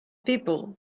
people